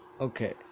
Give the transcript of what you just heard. okay